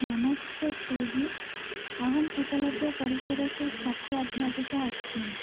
नमस्ते स्विगी अहम् एकलव्यपरिसरस्य छात्राध्यापिका अस्मि